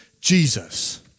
Jesus